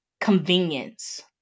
convenience